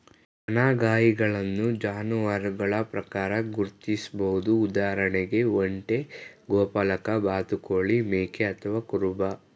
ದನಗಾಹಿಗಳನ್ನು ಜಾನುವಾರುಗಳ ಪ್ರಕಾರ ಗುರ್ತಿಸ್ಬೋದು ಉದಾಹರಣೆಗೆ ಒಂಟೆ ಗೋಪಾಲಕ ಬಾತುಕೋಳಿ ಮೇಕೆ ಅಥವಾ ಕುರುಬ